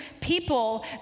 people